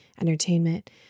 entertainment